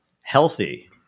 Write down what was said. healthy